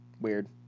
Weird